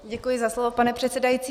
Děkuji za slovo, pane předsedající.